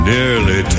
Nearly